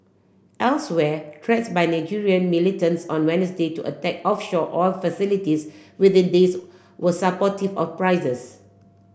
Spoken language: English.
elsewhere threats by Nigerian militants on Wednesday to attack offshore oil facilities within days were supportive of prices